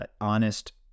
honest